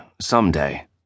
someday